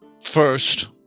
First